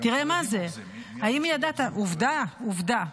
מי --- עובדה, עובדה.